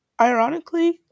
ironically